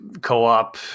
co-op